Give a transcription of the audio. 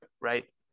right